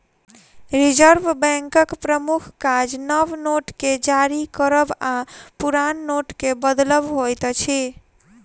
reserve बैंकक प्रमुख काज नव नोट के जारी करब आ पुरान नोटके बदलब होइत अछि